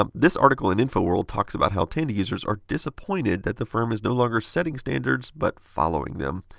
um this article in info world talks about how tandy users are disappointed that the firm is no longer setting standards, but following them.